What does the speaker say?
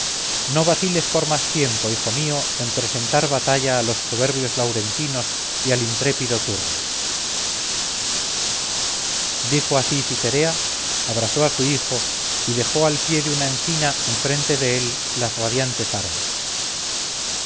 no vaciles por más tiempo hijo mío en presentar batalla a los soberbios laurentinos y al intrépido turno dijo así citerea abrazó a su hijo y dejó al pie de una encina enfrente de él las radiantes armas